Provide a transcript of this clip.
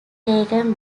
taken